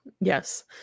yes